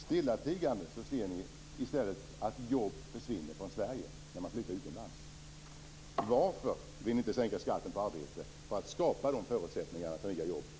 Stillatigande ser ni i stället att jobb försvinner från Sverige när företag flyttar utomlands. Varför vill ni inte sänka skatten på arbete för att skapa förutsättningar för nya jobb?